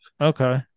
Okay